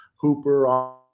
Hooper